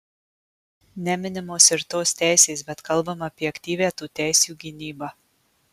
neminimos ir tos teisės bet kalbama apie aktyvią tų teisių gynybą